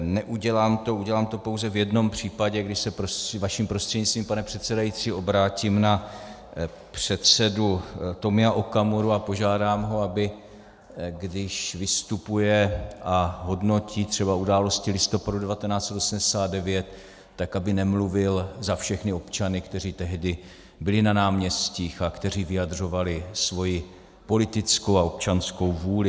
Neudělám to, udělám to pouze v jednom případě, kdy se vaším prostřednictvím, pane předsedající, obrátím na předsedu Tomia Okamuru a požádám ho, aby když vystupuje a hodnotí třeba události listopadu 1989, tak aby nemluvil za všechny občany, kteří tehdy byli na náměstích a kteří vyjadřovali svoji politickou a občanskou vůli.